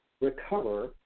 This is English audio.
recover